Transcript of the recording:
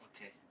Okay